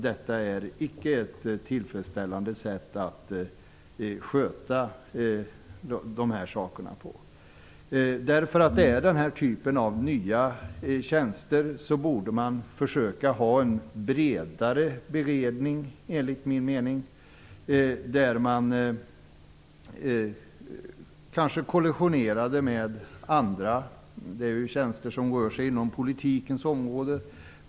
Detta är icke ett tillfredsställande sätt att hantera sådana frågor. För den här typen av nya tjänster borde man försöka ha en bredare beredning, där man kanske kollationerade med andra. Det är ju tänster som rör sig inom politikens område.